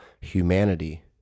humanity